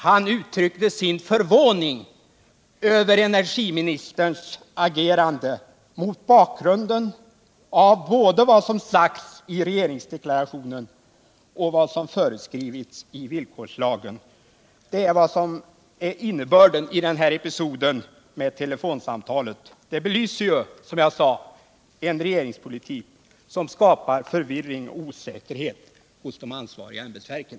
Han uttryckte dock sin förvåning över energiministerns agerande, mot bakgrund av vad som står i regeringsdeklarationen och vad som har föreskrivits i villkorslagen. Det är innebörden av denna episod med telefonsamtalet. Det belyser, som jag sade, en regeringspolitik som skapar förvirring och osäkerhet hos de ansvariga ämbetsverken.